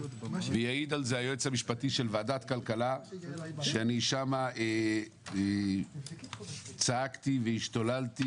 יעיד היועץ המשפטי של ועדת הכלכלה ששם אני צעקתי והשתוללתי